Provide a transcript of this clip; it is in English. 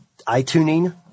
iTuning